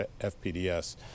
FPDS